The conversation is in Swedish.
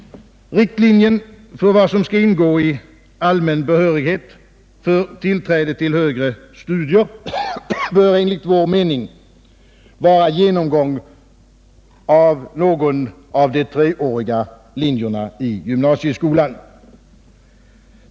Riktlinjen för vad som skall ingå i allmän behörighet för tillträde till högre studier bör, enligt vår mening, vara genomgång av någon av de treåriga linjerna i gymnasieskolan.